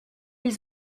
ils